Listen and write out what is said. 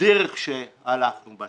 הדרך שהלכנו בה.